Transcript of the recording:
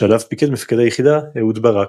שעליו פיקד מפקד היחידה, אהוד ברק.